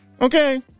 okay